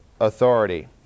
authority